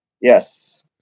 Yes